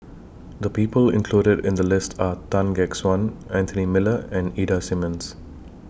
The People included in The list Are Tan Gek Suan Anthony Miller and Ida Simmons